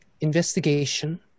investigation